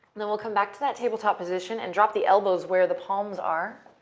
then we'll come back to that tabletop position and drop the elbows where the palms are.